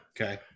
Okay